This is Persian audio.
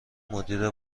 مدیر